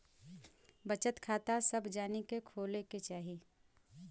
बचत खाता सभ जानी के खोले के चाही